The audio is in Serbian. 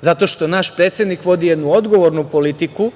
Zato što naš predsednik vodi jednu odgovornu politiku